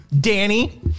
Danny